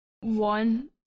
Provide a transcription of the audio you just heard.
one